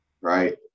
right